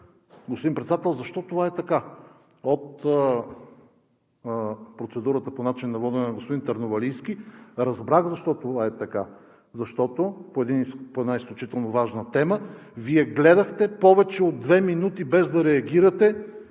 господин Председател, защо това е така? От процедурата по начина на водене на господин Търновалийски разбрах защо това е така, защото по една изключително важна тема Вие гледахте повече от две минути, без да реагирате.